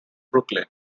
brooklyn